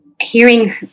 hearing